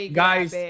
guys